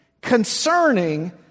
concerning